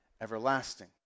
everlasting